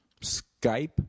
Skype